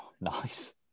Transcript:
nice